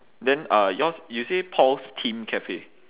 then uh yours you say paul's tim cafe